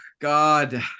God